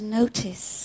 notice